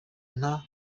nta